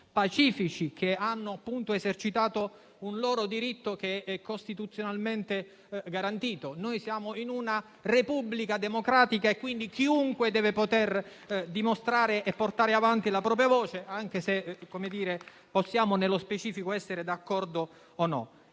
pacifici che hanno esercitato un loro diritto costituzionalmente garantito. Noi siamo in una Repubblica democratica e quindi chiunque deve poter dimostrare e portare avanti la propria voce, anche se nello specifico possiamo non